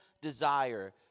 desire